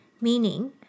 Meaning